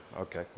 Okay